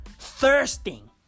Thirsting